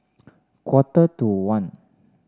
quarter to one